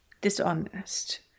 dishonest